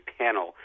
panel